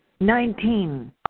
Nineteen